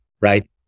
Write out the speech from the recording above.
right